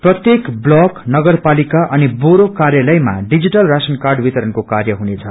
प्रत्येक ब्लक नगरपालिका अनि बोरो कार्यालयमा डिजिटल राशन कार्ड वितरणको कार्य हुनेछ